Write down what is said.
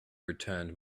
returned